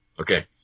Okay